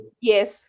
Yes